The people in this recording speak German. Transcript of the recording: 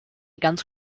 ganz